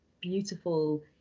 beautiful